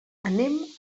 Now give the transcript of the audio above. anem